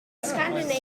scandinavia